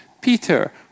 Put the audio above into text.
Peter